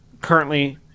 currently